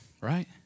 right